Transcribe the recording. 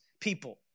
people